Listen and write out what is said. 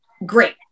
great